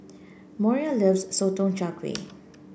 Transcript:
Moriah loves Sotong Char Kway